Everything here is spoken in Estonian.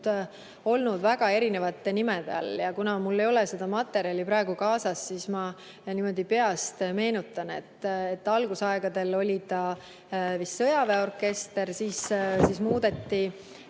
olnud väga erinevate nimede all. Kuna mul ei ole seda materjali praegu kaasas, siis ma peast meenutan, et algusaegadel oli ta vist sõjaväeorkester, siis muudeti